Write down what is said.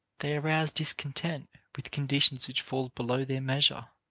they arouse discontent with conditions which fall below their measure